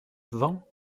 vend